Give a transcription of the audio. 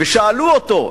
ושאלו אותו: